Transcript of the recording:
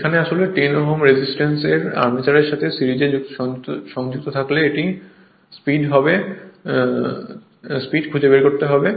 এখানে আসলে 10 Ω রেজিস্ট্যান্স এর আর্মেচারের সাথে সিরিজে সংযুক্ত থাকলে এটি যে স্পিড হবে তা খুঁজে বের করতে হবে